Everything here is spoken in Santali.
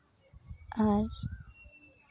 ᱟᱨ